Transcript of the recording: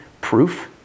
proof